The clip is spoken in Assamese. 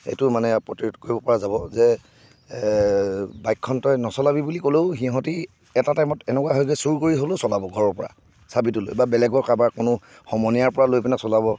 সেইটো মানে প্ৰতিৰোধ কৰিব পৰা যাব বাইকখন তই নচলাবি বুলি কলেও সিহঁতে এটা টাইমত এনেকুৱা হয়গৈ চোৰ কৰি হ'লেও চলাব ঘৰৰপৰা চাবিটো লৈ বা বেলেগৰ কাৰোবাৰ কোনো সমনীয়াৰপৰা লৈ পেলাই চলাব